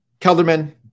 Kelderman